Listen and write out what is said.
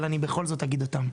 אבל אני בכל זאת אגיד אותם.